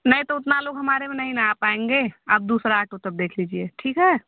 नहीं तो उतना लोग हमारे में नहीं ना आ पाएँगे आप दूसरा ऑटो तब देख लीजिए ठीक है